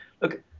look